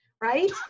right